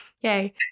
yay